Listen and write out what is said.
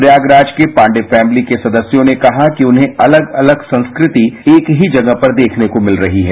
प्रयागराज के पाण्डेय फ़मिली के सदस्यों ने कहा कि उन्हें अलग अलग संस्कृति एक ही जगह पर देखने को मिल रही है